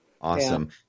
Awesome